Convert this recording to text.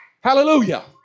Hallelujah